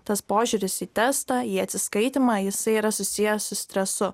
tas požiūris į testą į atsiskaitymą jisai yra susijęs su stresu